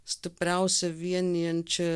stipriausia vienijančia